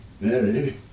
Mary